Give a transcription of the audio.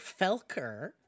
Felker